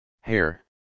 Hair